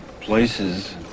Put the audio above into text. places